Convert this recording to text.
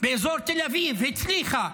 באזור תל אביב הצליחה.